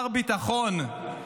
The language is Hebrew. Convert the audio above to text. זה גדל ל-50.